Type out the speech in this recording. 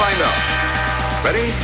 Ready